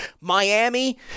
Miami